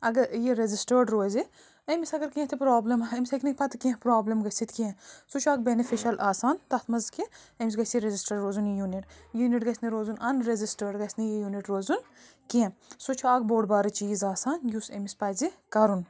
اگر یہِ رجسٹٲرڈ روزِ أمس اگر کیٚنٛہہ تہِ پرٛابلِم أمس ہیٚکہِ نہٕ پتہٕ کیٚنٛہہ پرٛابلِم گٔژتھ کیٚنٛہہ سُہ چھُ اَکھ بیٚنِفِشل آسان تَتھ منٛز کہِ أمِس گَژھِ یہِ رجسٹر روزُن یہِ یونِٹ یونِٹ گَژھِ نہٕ روزُن اَنرجشٹٲرڈ گَژھِ نہٕ یہِ یونِٹ روزُن کیٚنٛہہ سُہ چھُ اَکھ بوٚڑ بار چیٖز آسان یُس أمِس پَزِ کَرُن